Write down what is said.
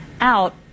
out